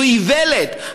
זו איוולת.